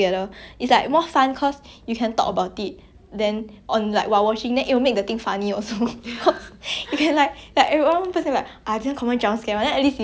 you can you can like one person say this one confirm jumpscare then at least you know you mentally prepare already if not in the cinema you really got no clue I really hate jump scares man